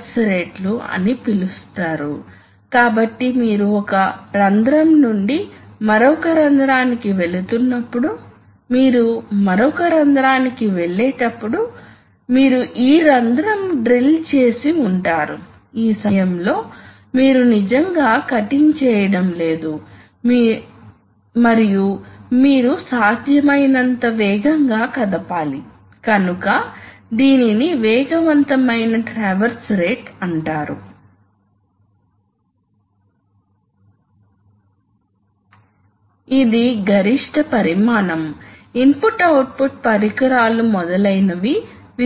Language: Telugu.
ఇది మీకు సేఫ్టీ అప్లికేషన్ ఉండవచ్చు కాబట్టి ఈ సేఫ్టీ అప్లికేషన్ లో ఈ రెండు ప్రెషర్స్ వర్తించినప్పుడు మాత్రమే ఈ సిలిండర్తో ప్రెషర్ వస్తుంది కాబట్టి ఇది కదలదు కాబట్టి ఉదాహరణకు అక్కడ కొన్ని న్యూమాటిక్ సిలిండర్ దిగువకు వచ్చి ఏదో నొక్కడం ఏదో స్టాంపింగ్ చేయడం కాబట్టి మీరు పొరపాటున స్టాంపింగ్ చేస్తున్నప్పుడు మీ చేతి RAM పై రాదని